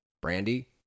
Brandy